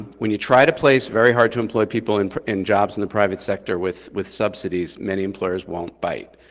when you try to place very hard to employ people in in jobs in the private sector with with subsidies, many employers won't bite.